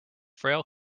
frail